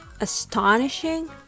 astonishing